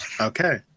Okay